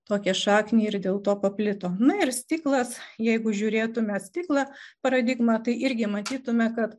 tokią šaknį ir dėl to paplito na ir stiklas jeigu žiūrėtume stiklą paradigmą tai irgi matytume kad